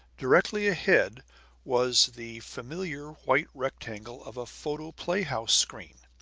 directly ahead was the familiar white rectangle of a photoplay-house screen.